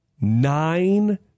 nine